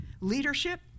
leadership